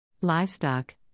Livestock